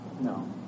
No